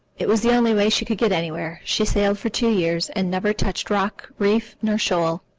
it was the only way she could get anywhere. she sailed for two years, and never touched rock, reef, nor shoal.